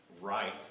right